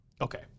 Okay